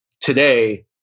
today